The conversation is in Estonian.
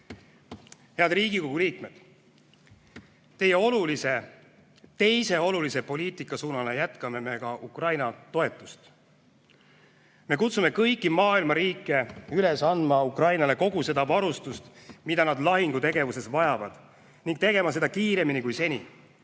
Head Riigikogu liikmed! Teise olulise poliitikasuunana jätkame me Ukraina toetust. Me kutsume kõiki maailma riike üles andma Ukrainale kogu seda varustust, mida nad lahingutegevuses vajavad, ning tegema seda kiiremini kui seni.